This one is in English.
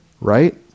Right